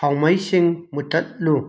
ꯊꯥꯎꯃꯩꯁꯤꯡ ꯃꯨꯊꯠꯂꯨ